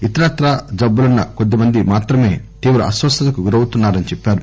ఇతరత్రా జబ్బులున్న కొద్దిమంది మాత్రమే తీవ్ర అస్పస్థతకు గురవుతున్నారని చెప్పారు